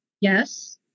yes